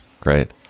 great